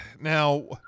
now